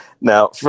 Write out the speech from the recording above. Now